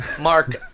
Mark